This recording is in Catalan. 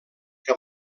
que